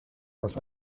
was